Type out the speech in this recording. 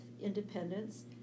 Independence